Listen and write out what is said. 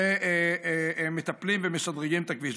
שמטפלים ומשדרגים את הכביש.